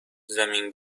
زمین